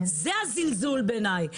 זה הזלזול בעיניי.